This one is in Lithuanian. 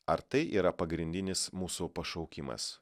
ar tai yra pagrindinis mūsų pašaukimas